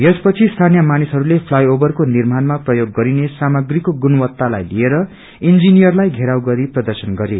यसपछि स्थानीय मानिसहरूले फ्लाई ओभर को निर्माणामा प्रयोग गरिने सामग्रीको गुणवत्तालाई लिएर इलिनियरलाई घेराउ गरी प्रद्रशन गरे